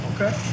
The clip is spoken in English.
Okay